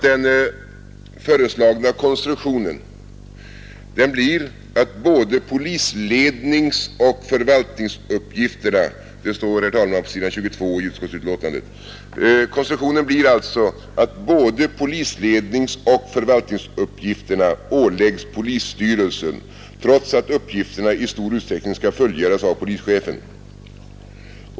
Där står: ”Konstruktionen blir alltså att både polisledningsoch förvaltningsuppgifterna åläggs polisstyrelsen, trots att uppgifterna i stor utsträckning skall fullgöras av polischefen.